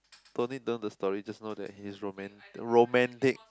don't need know the story just now that he is roman~ romantic